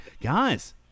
Guys